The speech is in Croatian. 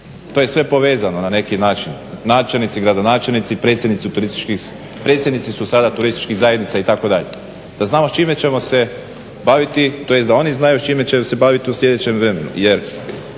To je sve povezano na neki način. Načelnici, gradonačelnici, predsjednici u turističkim, predsjednici su sada turističkih zajednica itd. da znamo s čime ćemo se baviti, tj. da oni znaju s čime će se baviti u sljedećem vremenu.